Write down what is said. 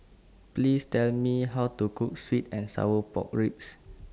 Please Tell Me How to Cook Sweet and Sour Pork Ribs